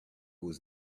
was